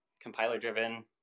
compiler-driven